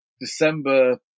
December